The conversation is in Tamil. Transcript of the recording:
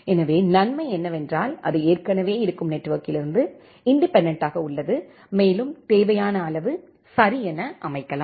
எனவே நன்மை என்னவென்றால் அது ஏற்கனவே இருக்கும் நெட்வொர்க்கிலிருந்து இன்டிபென்டென்ட்டாக உள்ளது மேலும் தேவையான அளவு சரி என அமைக்கலாம்